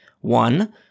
One